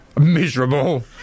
miserable